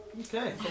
Okay